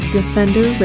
Defender